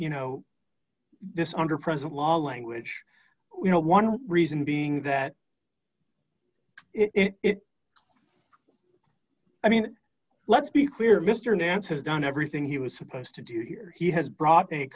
you know this under present law language you know one reason being that it i mean let's be clear mr nance has done everything he was supposed to do here he has brought a